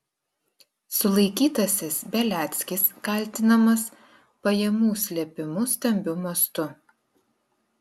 sulaikytasis beliackis kaltinamas pajamų slėpimu stambiu mastu